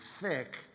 thick